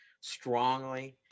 strongly